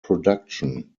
production